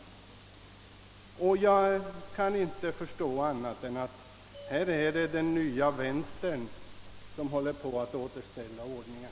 Jag kan inte förstå annat än att det här är den nya vänstern som håller på att återställa ordningen.